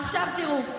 עכשיו תראו,